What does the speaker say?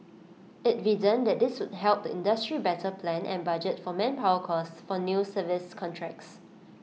IT reasoned that this would help the industry better plan and budget for manpower costs for new service contracts